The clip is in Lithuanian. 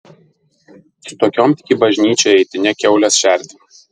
su tokiom tik į bažnyčią eiti ne kiaules šerti